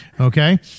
okay